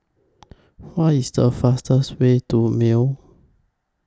What IS The fastest Way to Male